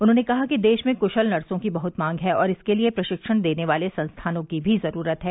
उन्हॉने कहा कि देश में कुशल नर्सो की बहुत मांग है और इसके लिए प्रशिक्षण देने वाले संस्थानों की भी जरूरत है